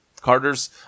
Carter's